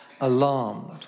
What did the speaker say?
alarmed